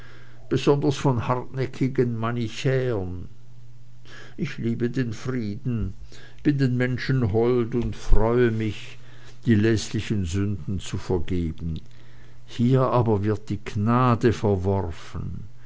besonders von hartnäckigen manichäern ich liebe den frieden bin den menschen hold und freue mich die läßlichen sünden zu vergeben hier aber wird die gnade verworfen